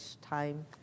time